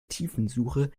tiefensuche